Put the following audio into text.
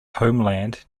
homeland